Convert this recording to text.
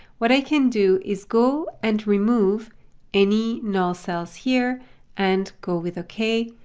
what i can do is go and remove any null cells here and go with okay,